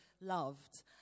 loved